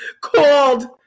called